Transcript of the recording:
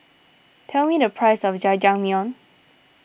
tell me the price of Jajangmyeon